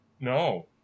No